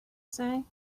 say